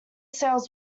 sales